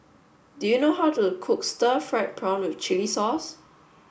do you know how to cook Stir Fried Prawn with chili sauce